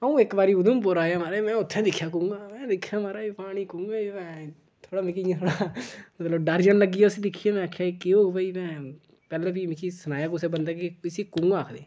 अ'ऊं इक बारी उधमपुर आया माराज मैं उत्थै दिक्खेआ कुआं मैं दिक्खेआ माराज पानी कुएं च भैन थोड़ा मिगी इयां डर जन लग्गी गेआ उसी दिक्खेआ मैं आखेआ एह् केह् होग भई भैन पैह्लें बी मिगी सनाया कुसै बंदे कि इसी कुआं आखदे